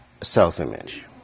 self-image